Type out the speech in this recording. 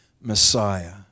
Messiah